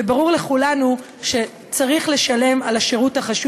וברור לכולנו שצריך לשלם על השירות החשוב